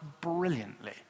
brilliantly